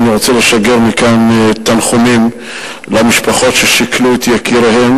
אני רוצה לשגר מכאן תנחומים למשפחות ששכלו את יקיריהן